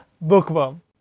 bookworm